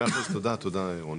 מאה אחוז, תודה, רוני.